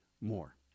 more